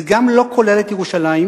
זה גם לא כולל את ירושלים,